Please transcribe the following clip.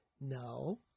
No